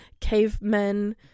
cavemen